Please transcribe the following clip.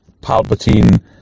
Palpatine